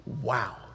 Wow